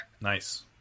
nice